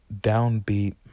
downbeat